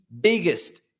biggest